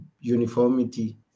uniformity